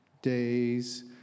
days